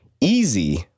easy